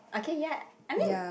okay ya I mean